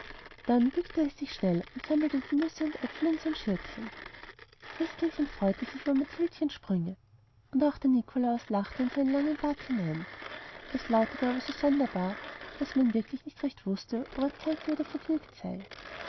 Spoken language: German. dann bückte es sich schnell und sammelte die nüsse und äpfel in sein schürzchen christkindchen freute sich über mathildchens sprünge und auch der nikolaus lachte in seinen langen bart hinein es lautete aber so sonderbar daß man wirklich nicht recht wußte ob er zanke oder vergnügt sei